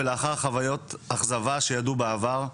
ולאחר חוויות אכזבה שהם ידעו בעבר,